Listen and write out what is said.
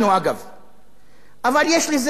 אבל יש לזה יותר סקס-אפיל תקשורתי.